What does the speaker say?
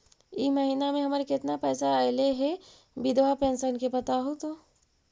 इ महिना मे हमर केतना पैसा ऐले हे बिधबा पेंसन के बताहु तो?